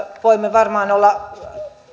voimme varmaan olla